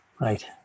right